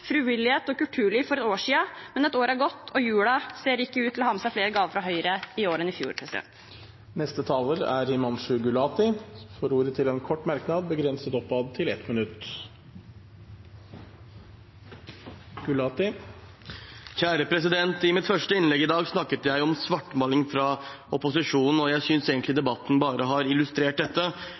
frivillighet og kulturliv for et år siden, men et år er gått, og jula ser ikke ut til å ha med seg flere gaver fra Høyre i år enn i fjor. Representanten Himanshu Gulati har hatt ordet to ganger tidligere og får ordet til en kort merknad, begrenset til 1 minutt. I mitt første innlegg i dag snakket jeg om svartmaling fra opposisjonen, og jeg synes egentlig debatten bare har illustrert dette.